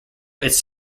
its